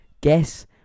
Guess